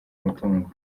mutungo